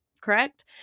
Correct